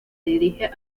dirige